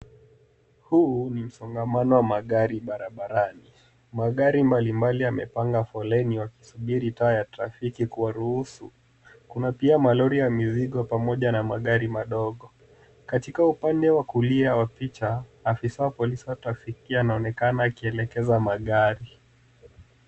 Huu ni msongamano wa magari barabarani. Magari mbalimbali yamepanga foleni wakisubiri taa ya trafiki kuwaruhusu. Kuna pia malori ya mizigo pamoja na magari madogo. Katika upande wa kulia wa picha, afisa wa polisi wa trafiki anaonekana akielekeza magari.